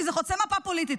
כי זה חוצה מפה פוליטית,